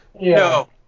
No